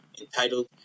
entitled